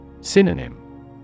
Synonym